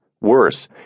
Worse